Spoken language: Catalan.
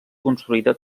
construïda